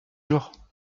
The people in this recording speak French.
jours